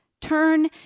Turn